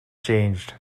changed